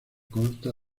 consta